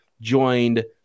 joined